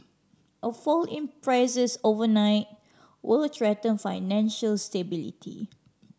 a fall in prices overnight will threaten financial stability